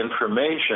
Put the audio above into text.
information